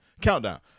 countdown